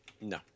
no